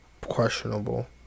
questionable